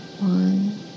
One